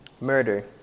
murder